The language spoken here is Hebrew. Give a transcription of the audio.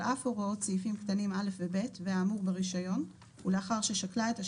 על אף הוראות א' ו-ב' והאמור ברישיון ולאחר ששקלה אתת